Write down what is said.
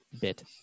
bit